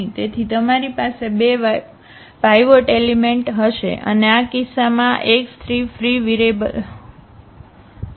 તેથી તમારી પાસે 2 પાઇવોટ એલિમેન્ટ એલિમેન્ટ હશે અને આ કિસ્સામાં આ x 3 ફ્રી વિરએભલ હશે